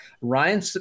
Ryan